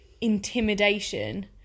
intimidation